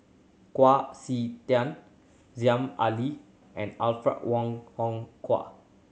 Kwa Siew Tiang Aziza Ali and Alfred Wong Hong Kwua